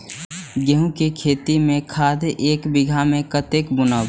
गेंहू के खेती में खाद ऐक बीघा में कते बुनब?